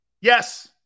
Yes